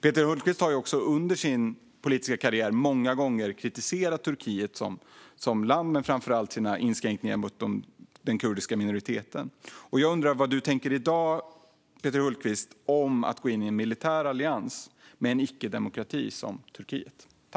Peter Hultqvist har under sin politiska karriär många gånger kritiserat Turkiet som land och framför allt landets inskränkningar när det gäller den kurdiska minoriteten. Jag undrar vad du tänker i dag, Peter Hultqvist, om att gå in i en militär allians med en icke-demokrati som Turkiet.